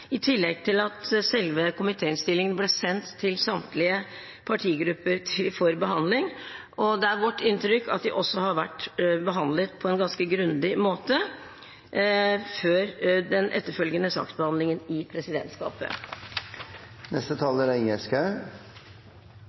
i tillegg til at selve komitéinnstillingen ble sendt til samtlige partigrupper for behandling. Det er vårt inntrykk at de har vært behandlet på en ganske grundig måte før den etterfølgende saksbehandlingen i presidentskapet.